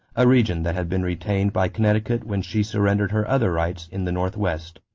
a region that had been retained by connecticut when she surrendered her other rights in the northwest.